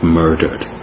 murdered